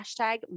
hashtag